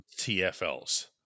TFLs